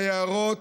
ביערות,